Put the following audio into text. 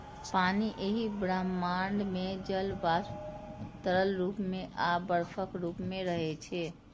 पानि एहि ब्रह्मांड मे जल वाष्प, तरल रूप मे आ बर्फक रूप मे रहै छै